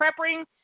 prepping